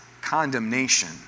condemnation